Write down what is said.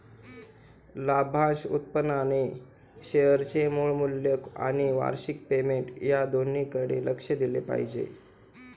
लाभांश उत्पन्नाने शेअरचे मूळ मूल्य आणि वार्षिक पेमेंट या दोन्हीकडे लक्ष दिले पाहिजे